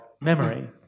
memory